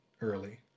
early